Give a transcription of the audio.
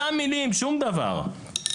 אותן המילים; שום דבר.